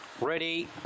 ready